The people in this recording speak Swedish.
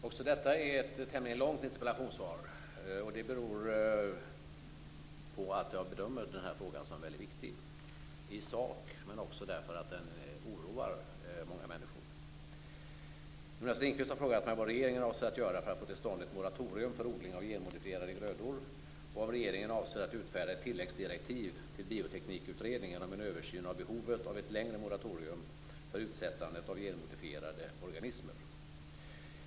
Också detta är ett tämligen långt interpellationssvar, och det beror på att jag bedömer den här frågan som väldigt viktig i sak, men också på att den oroar väldigt många människor. Jonas Ringqvist har frågat mig vad regeringen avser att göra för att få till stånd ett moratorium för odling av genmodifierade grödor och om regeringen avser att utfärda ett tilläggsdirektiv till bioteknikutredningen om en översyn av behovet av ett längre moratorium för utsättandet av genmodifierade organismer.